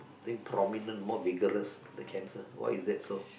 think prominent more vigorous the cancer why is that so